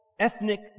Ethnic